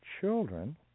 children